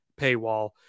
paywall